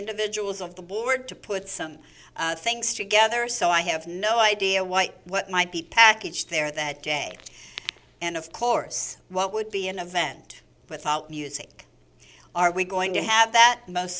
individuals of the board to put some things together so i have no idea why what might be packaged there that day and of course what would be an event without music are we going to have that most